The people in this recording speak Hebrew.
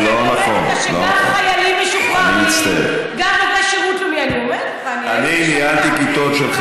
אורלי, אני חייב להתערב, כמנהל בית ספר.